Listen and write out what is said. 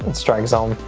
and strike zone.